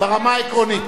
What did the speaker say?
ברמה העקרונית.